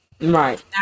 right